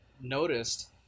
noticed